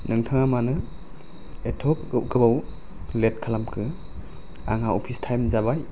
नोंथाङा मानो एथ' गोबाव लेट खालामखो आंहा अफिस थाइम जाबाय